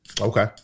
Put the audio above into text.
Okay